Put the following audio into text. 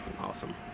Awesome